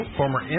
former